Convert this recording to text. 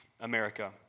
America